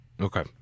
Okay